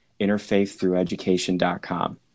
interfaiththrougheducation.com